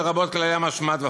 לרבות כללי משמעת והפעלתם.